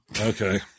okay